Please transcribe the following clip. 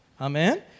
Amen